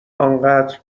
آنقدر